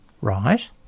right